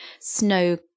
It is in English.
snow